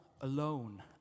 alone